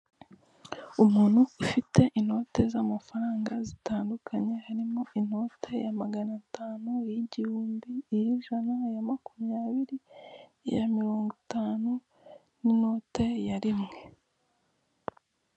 Umuntu ufite inote z'amafaranga zitandukanye, harimo inote ya magana atanu, iy'igihumbi, iy'ijana, iya makumyabiri, iya mirongo itanu n'inote ya rimwe.